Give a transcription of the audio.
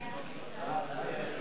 הצעת סיעת חד"ש להביע אי-אמון